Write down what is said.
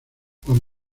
juan